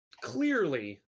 clearly